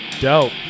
dope